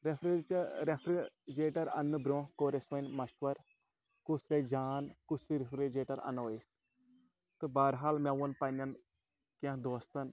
رٮ۪فرجہِ refrigerator اَننہٕ برونٛہہ کوٚر اَسِہ وَنۍ مَشوَر کُس گَژھِ جان کُس ہیوٗ رٮ۪فرِجریٹَر اَنو أسۍ تہٕ بہرحال مےٚ ووٚن پںٛنٮ۪ن کینٛہہ دوستَن